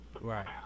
Right